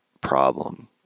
problem